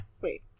Wait